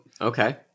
okay